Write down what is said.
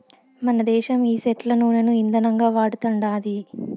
మనదేశం ఈ సెట్ల నూనను ఇందనంగా వాడతండాది